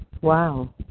Wow